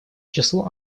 числу